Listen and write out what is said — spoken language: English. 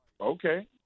okay